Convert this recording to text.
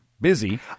Busy